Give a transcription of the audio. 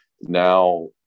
now